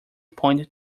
point